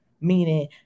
Meaning